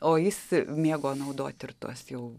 o jis mėgo naudoti ir tuos jau